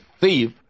thief